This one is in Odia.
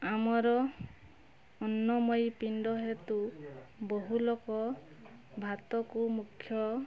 ଆମର ଅନ୍ନମୟୀ ପିଣ୍ଡ ହେତୁ ବହୁଲୋକ ଭାତକୁ ମୁଖ୍ୟ